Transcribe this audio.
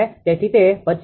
તેથી તે 25